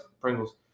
Pringles